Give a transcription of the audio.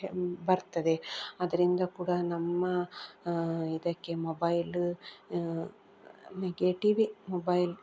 ಬರ್ತದೆ ಅದರಿಂದ ಕೂಡ ನಮ್ಮ ಇದಕ್ಕೆ ಮೊಬೈಲ್ ನೆಗೆಟಿವೇ ಮೊಬೈಲ್